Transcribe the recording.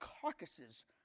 carcasses